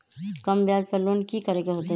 कम ब्याज पर लोन की करे के होतई?